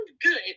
good